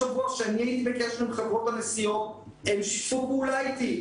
בשבוע שאני הייתי בקשר עם חברות הנסיעות הן שיתפו פעולה איתי.